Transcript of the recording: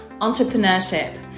entrepreneurship